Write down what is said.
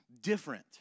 different